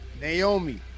Naomi